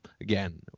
Again